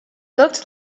looked